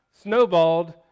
snowballed